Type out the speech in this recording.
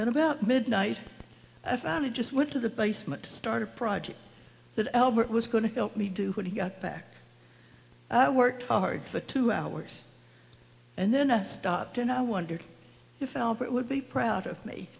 about midnight i found i just went to the basement to start a project that albert was going to help me do when he got back i worked hard for two hours and then us stopped and i wondered if albert would be proud of me